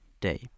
day